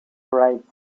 rights